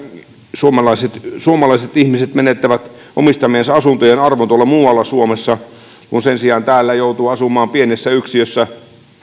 suomalaiset suomalaiset ihmiset menettävät omistamiensa asuntojen arvon muualla suomessa kun sen sijaan täällä joutuu asumaan pienessä yksiössä